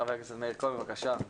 ח"כ מאיר כהן בבקשה.